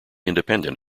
independent